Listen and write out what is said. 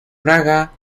praga